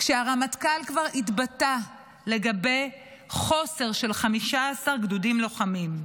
כשהרמטכ"ל כבר התבטא לגבי חוסר של 15 גדודים לוחמים.